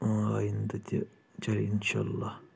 آینٛدٕ تہِ چلہِ انشاہ اللہ